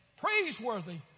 praiseworthy